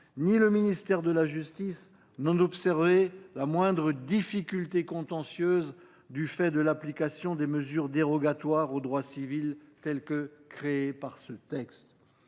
ni le ministère de la justice n’ont observé de difficulté contentieuse du fait de l’application des mesures dérogatoires au droit civil créées par le texte.